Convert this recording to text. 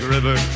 River